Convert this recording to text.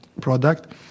product